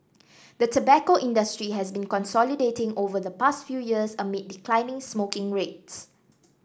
the tobacco industry has been consolidating over the past few years amid declining smoking rates